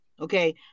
okay